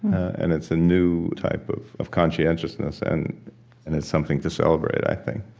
and it's a new type of of conscientiousness. and and it's something to celebrate, i think